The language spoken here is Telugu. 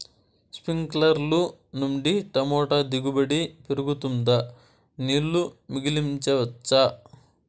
స్ప్రింక్లర్లు నుండి టమోటా దిగుబడి పెరుగుతుందా? నీళ్లు మిగిలించవచ్చా?